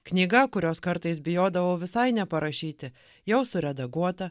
knyga kurios kartais bijodavau visai neparašyti jau suredaguota